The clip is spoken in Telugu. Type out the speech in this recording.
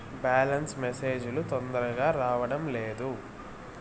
బ్యాలెన్స్ మెసేజ్ లు తొందరగా రావడం లేదు?